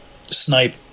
snipe